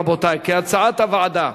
רבותי, כהצעת הוועדה.